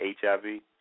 HIV